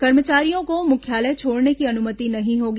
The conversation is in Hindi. कर्मचारियों को मुख्यालय छोड़ने की अनुमति नहीं होगी